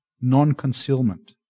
non-concealment